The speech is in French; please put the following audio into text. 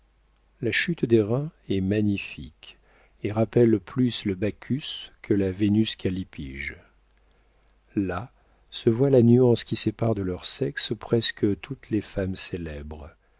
la chute des reins est magnifique et rappelle plus le bacchus que la vénus callipyge là se voit la nuance qui sépare de leur sexe presque toutes les femmes célèbres